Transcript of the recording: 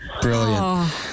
Brilliant